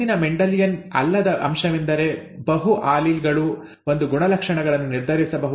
ಮುಂದಿನ ಮೆಂಡೆಲಿಯನ್ ಅಲ್ಲದ ಅಂಶವೆಂದರೆ ಬಹು ಆಲೀಲ್ ಗಳು ಒಂದು ಗುಣಲಕ್ಷಣವನ್ನು ನಿರ್ಧರಿಸಬಹುದು